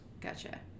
Gotcha